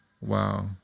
Wow